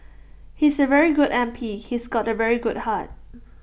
he's A very good M P he's got A very good heart